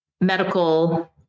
medical